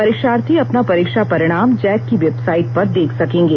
परिक्षार्थी अपना परीक्षा परिणाम जैक की वेबसाइट पर देख सकेंगे